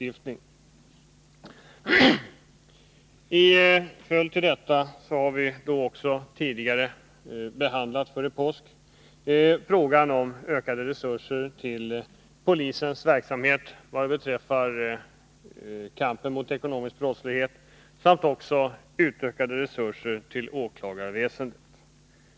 Före påsk behandlade vi frågan om ökade resurser till polisens verksamhet vad beträffar kampen mot ekonomisk brottslighet samt också frågan om utökade resurser till åklagarväsendet.